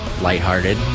lighthearted